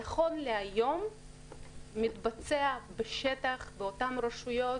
נכון להיום מתבצע בשטח, באותן רשויות,